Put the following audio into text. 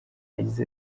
yagize